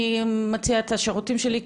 מציע את השירותים שלי,